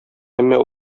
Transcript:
әмма